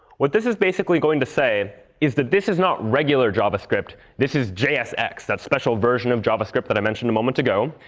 what this is basically going to say is that this is not regular javascript. this is jsx, that special version of javascript that i mentioned a moment ago.